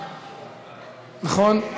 נכון?